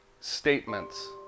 statements